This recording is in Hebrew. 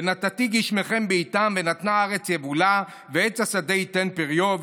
ונתתי גשמיכם בעִתם ונתנה הארץ יבולה ועץ השדה יתן פריו.